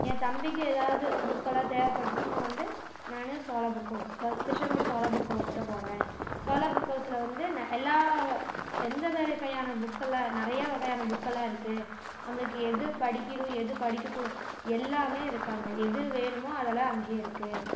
என் தம்பிக்கு ஏதாவது புக்கெல்லாம் தேவைப்பட்டுச்சின்னா வந்து நானு சோழா புக் ஹவுஸ் தான் திருச்செங்கோடு சோழா புக் ஹவுஸ் தான் போவேன் சோழா புக் ஹவுஸில் வந்து நெ எல்லா எந்த வகையான புக்கெல்லாம் நிறையா வகையான புக்கெல்லாம் இருக்குது நம்மளுக்கு எது படிக்கணும் எது படிக்கக்கூடாது எல்லாமே இருக்குது அங்கே எது வேணுமே அதெல்லாம் அங்கே இருக்குது